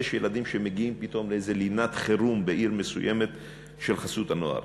יש ילדים שמגיעים פתאום ללינת חירום של חסות הנוער